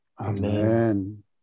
Amen